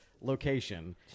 Location